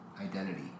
identity